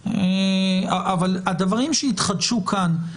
הדברים שהתחדשו כאן,